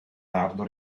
tardo